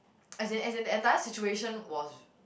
as in as the entire situation was